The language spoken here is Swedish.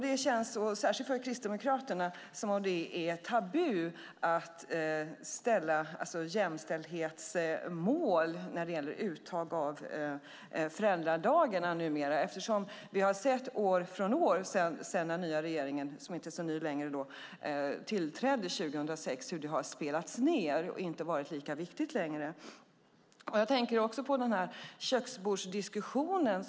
Det känns som att det särskilt för Kristdemokraterna är tabu att sätta jämställdhetsmål i uttag av föräldradagarna. Vi har sett år från år sedan den nya regeringen, som inte är så ny längre, tillträdde 2006 hur målet har spelats ned och inte varit lika viktigt längre. Jag tänker på köksbordsdiskussionen.